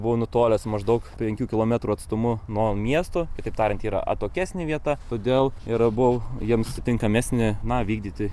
buvo nutolęs maždaug penkių kilometrų atstumu nuo miesto kitaip tariant yra atokesnė vieta todėl ir abu jiems tinkamesni na vykdyti